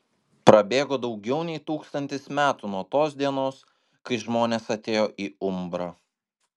prabėgo daugiau nei tūkstantis metų nuo tos dienos kai žmonės atėjo į umbrą